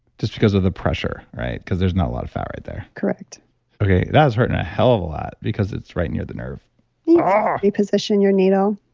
just because of the pressure, right? because there's not a lot of fat right there correct okay, that is hurting a hell of a lot because it's right near the nerve you can ah reposition your needle